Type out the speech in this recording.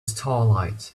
starlight